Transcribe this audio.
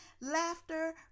laughter